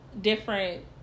different